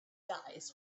eyes